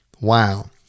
Wow